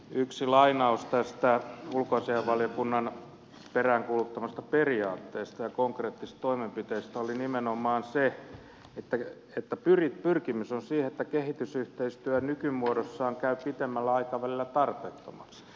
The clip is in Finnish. yksi lainaus tästä ulkoasiainvaliokunnan peräänkuuluttamasta periaatteesta ja konkreettisista toimenpiteistä oli nimenomaan se että pyrkimys on siihen että kehitysyhteistyö nykymuodossaan käy pitemmällä aikavälillä tarpeettomaksi